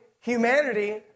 humanity